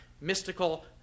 mystical